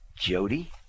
Jody